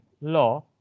law